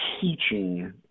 teaching